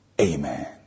Amen